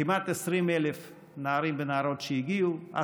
כמעט 20,000 נערים ונערות שהגיעו,